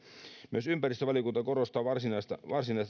myös ympäristövaliokunta korostaa varsinaista